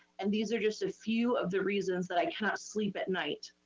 and these are just a few of the reasons that i cannot sleep at night.